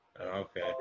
okay